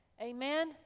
Amen